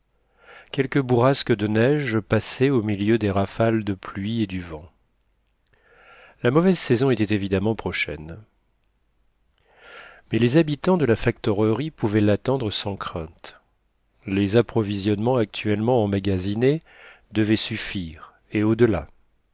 quelques bourrasques de neige passaient au milieu des rafales de pluie et du vent la mauvaise saison était évidemment prochaine mais les habitants de la factorerie pouvaient l'attendre sans crainte les approvisionnements actuellement emmagasinés devaient suffire et au-delà